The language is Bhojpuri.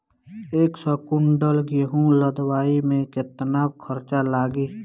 एक सौ कुंटल गेहूं लदवाई में केतना खर्चा लागी?